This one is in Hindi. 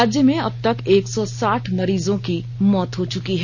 राज्य में अब तक एक सौ साठ मरीजों की मौत हो चुकी है